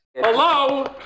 Hello